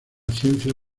ciencia